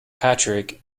patrick